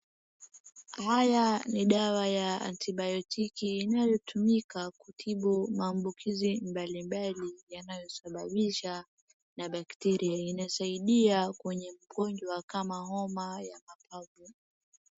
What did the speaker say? Haya ni dawa ya antibiotiki inayotumika kutibu maambukizi mbalimbali yanayosababishwa na bakteria. Inasaidia kwenye magonjwa kama homa wa mabavu.